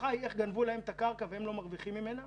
איך גנבו להם את הקרקע והם לא מרוויחים ממנה.